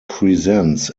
presents